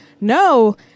No